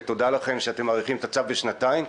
ותודה לכם שאתם מאריכים את הצו בשנתיים.